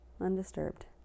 undisturbed